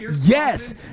Yes